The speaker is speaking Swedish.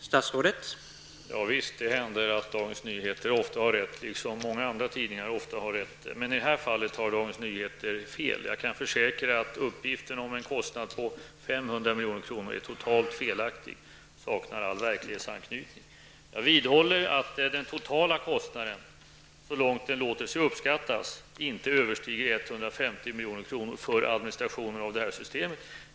Herr talman! Ja visst, det händer att Dagens Nyheter ofta har rätt, liksom många andra tidningar ofta har rätt. Men i det här fallet har Dagens Nyheter fel. Jag kan försäkra att uppgiften om en kostnad på 500 miljoner är totalt felaktig och saknar all verklighetsanknytning. Jag vidhåller att den totala kostnaden, så långt den låter sig uppskattas, inte överstiger 150 milj.kr. för administration av systemet.